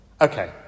Okay